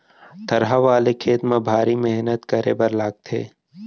थरहा वाले खेत म भारी मेहनत करे बर लागथे